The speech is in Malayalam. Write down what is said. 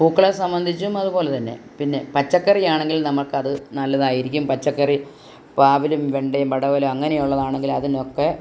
പൂക്കളെ സംബന്ധിച്ചും അതുപോലെ തന്നെ പിന്നെ പച്ചക്കറിയാണെങ്കിൽ നമ്മുക്കത് നല്ലതായിരിക്കും പച്ചക്കറി പാവലും വെണ്ടയും പടവലും അങ്ങനെ ഉള്ളതാണെങ്കിൽ അതിനൊക്കെ